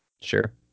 sure